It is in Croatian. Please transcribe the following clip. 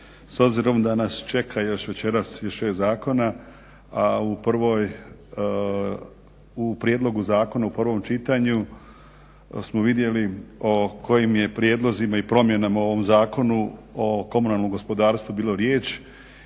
S obzirom da nas čeka još večeras još 6 zakona, a u prvoj, u prijedlogu zakona u prvom čitanju smo vidjeli o kojim je prijedlozima i promjena u ovom Zakonu o komunalnom gospodarstvu bilo riječ,